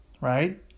right